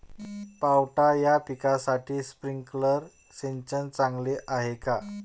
पावटा या पिकासाठी स्प्रिंकलर सिंचन चांगले आहे का?